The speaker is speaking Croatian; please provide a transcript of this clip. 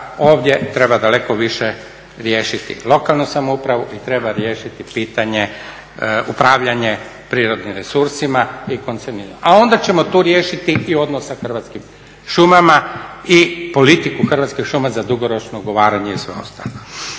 ovdje treba daleko više riješiti lokanu samoupravu i treba riješiti pitanje upravljanja prirodnim resursima i …, a onda ćemo tu riješiti i odnos sa Hrvatskim šumama i politiku Hrvatske šume za dugoročno … i sve ostalo.